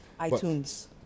iTunes